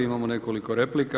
Imamo nekoliko replika.